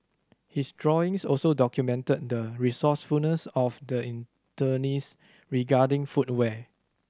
his drawings also documented the resourcefulness of the internees regarding footwear